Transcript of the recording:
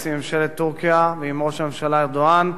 עם ממשלת טורקיה ועם ראש הממשלה ארדואן.